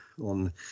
on